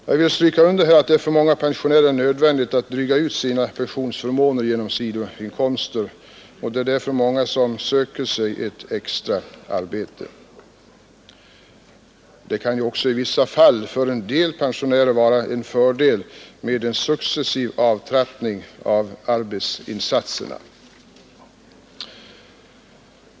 Jag vill understryka att det för många pensionärer är nödvändigt att dryga ut pensionsförmånerna med sidoinkomster. Det är därför många som söker sig ett extra arbete. För en del pensionärer kan också i vissa fall en successiv avtrappning av arbetsinsatserna vara en fördel.